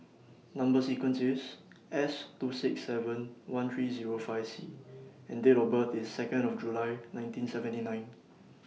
Number sequence IS S two six seven one three Zero five C and Date of birth IS Second of July nineteen seventy nine